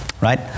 right